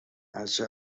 هرچه